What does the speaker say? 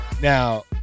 Now